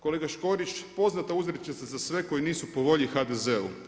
Kolega Škorić, poznata uzrečica za sve koji nisu po volji HDZ-u.